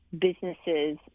businesses